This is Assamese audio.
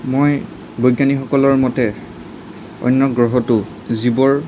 মই বৈজ্ঞানিকসকলৰ মতে অন্য গ্ৰহতো জীৱৰ